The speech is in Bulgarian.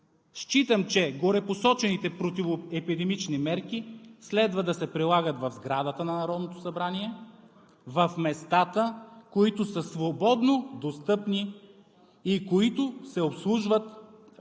считам, че горепосочените противоепидемични мерки следва да се прилагат в сградата на Народното събрание в местата, които са свободно достъпни и в които се обслужват или имат